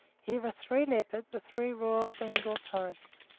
here are three leopards, the three royal bengal tigers,